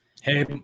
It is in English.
Hey